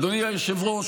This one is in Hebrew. אדוני היושב-ראש,